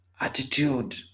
Attitude